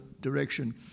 direction